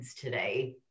today